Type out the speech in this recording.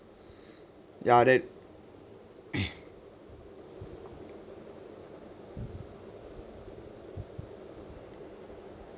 ya there